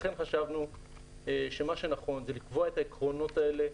לכן, חשבנו שמה שנכון זה לקבוע את העקרונות האלה,